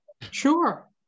Sure